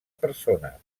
persones